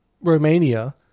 Romania